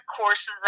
courses